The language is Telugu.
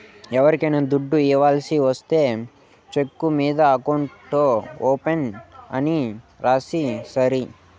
ఎవరికైనా దుడ్డు ఇవ్వాల్సి ఒస్తే చెక్కు మీద అకౌంట్ పేయీ అని రాసిస్తే సరి